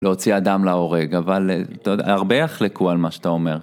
להוציא אדם להורג, אבל אתה יודע, הרבה יחלקו על מה שאתה אומר.